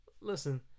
Listen